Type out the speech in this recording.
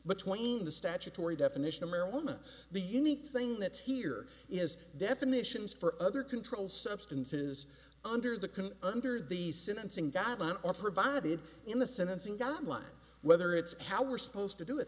but twenty the statutory definition of marijuana the unique thing that's here is definitions for other controlled substances under the can under the sentencing guidelines are provided in the sentencing guidelines whether it's how we're supposed to do it